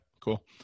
cool